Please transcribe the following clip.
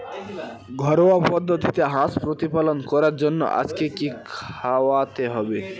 ঘরোয়া পদ্ধতিতে হাঁস প্রতিপালন করার জন্য আজকে কি খাওয়াতে হবে?